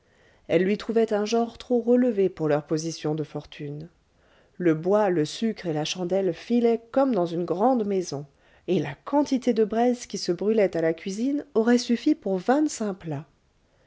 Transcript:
elle lui trouvait un genre trop relevé pour leur position de fortune le bois le sucre et la chandelle filaient comme dans une grande maison et la quantité de braise qui se brûlait à la cuisine aurait suffi pour vingt-cinq plats